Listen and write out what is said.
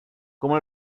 como